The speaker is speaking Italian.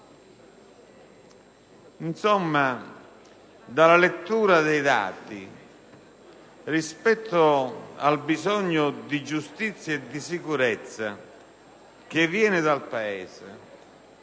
Insomma, dalla lettura dei dati, considerato il bisogno di giustizia e di sicurezza che viene dal Paese